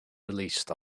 release